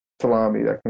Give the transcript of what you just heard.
salami